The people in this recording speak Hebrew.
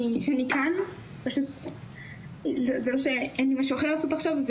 כאן זה לא שאין לי משהו אחר לעשות עכשיו,